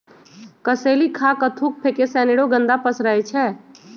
कसेलि खा कऽ थूक फेके से अनेरो गंदा पसरै छै